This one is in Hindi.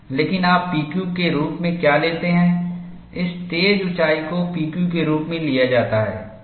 लेकिन आप PQ के रूप में क्या लेते हैं इस तेज ऊंचाई को PQ के रूप में लिया जाता है